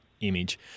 image